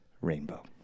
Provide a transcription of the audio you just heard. rainbow